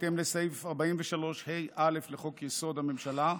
בהתאם לסעיף 43ה(א) לחוק-יסוד: הממשלה,